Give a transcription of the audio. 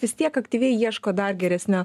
vis tiek aktyviai ieško dar geresnio